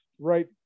right